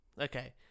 Okay